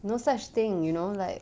no such thing you know like